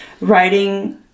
writing